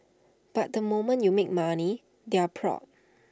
but the moment you make money they're proud